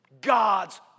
God's